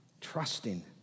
Trusting